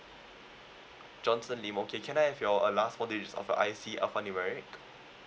johnson lim okay can I have your uh last four digits of your I_C alphanumeric